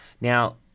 Now